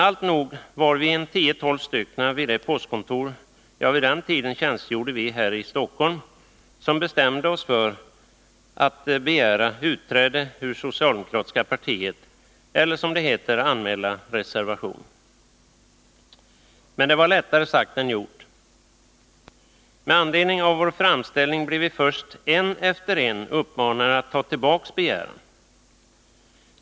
Alltnog, vi var tio tolv anställda vid det postkontor jag då tjänstgjorde vid här i Stockholm som bestämde oss för att begära utträde ur socialdemokratiska partiet eller, som det heter, anmäla reservation. Men det var lättare sagt än gjort. Med anledning av vår framställning blev vi först en efter en uppmanade att ta tillbaka vår begäran.